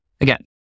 again